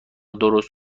درست